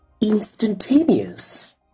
instantaneous